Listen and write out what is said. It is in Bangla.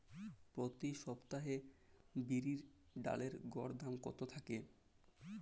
প্রতি সপ্তাহে বিরির ডালের গড় দাম কত থাকে?